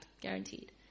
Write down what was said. Guaranteed